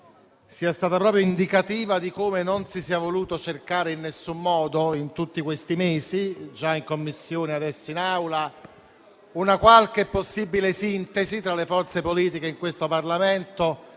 siano proprio indicative di come non si sia voluto cercare in alcun modo, in tutti questi mesi, già in Commissione e adesso in Aula, una possibile sintesi tra le forze politiche in questo Parlamento